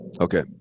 Okay